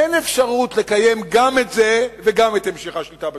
אין אפשרות לקיים גם את זה וגם את המשך השליטה בשטחים.